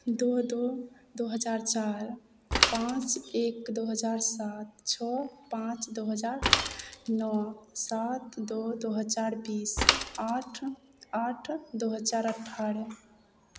दो दो दो हजार चार पाँच एक दो हजार सात छओ पाँच दो हजार नओ सात दो दो हजार बीस आठ आठ दो हजार अठारह